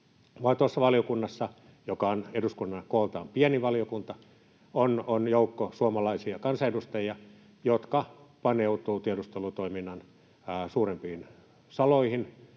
Tuossa valiokunnassa, joka on kooltaan eduskunnan pienin valiokunta, on joukko suomalaisia kansanedustajia, jotka paneutuvat tiedustelutoiminnan suurimpiin saloihin